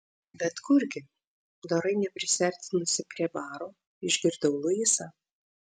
bet kurgi dorai neprisiartinusi prie baro išgirdau luisą